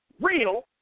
real